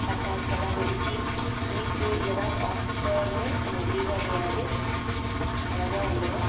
பாட்டாசு எல்லாம் வெடித்து இனிப்பு இதெல்லாம் சாப்பிட்ட ஒடனே நமக்கு தீபாவளி ஆனது அழகாக வந்துடும்